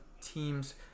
teams